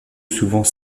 souvent